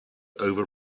over